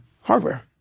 hardware